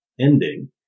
ending